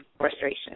frustration